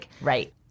Right